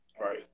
right